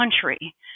country